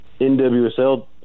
NWSL